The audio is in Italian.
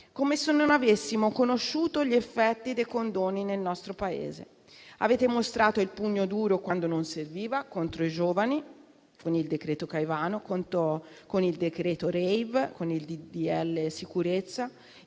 come se non avessimo conosciuto gli effetti dei condoni nel nostro Paese. Avete mostrato il pugno duro quando non serviva: contro i giovani con il decreto Caivano, con il decreto rave, con il disegno